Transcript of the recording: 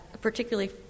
particularly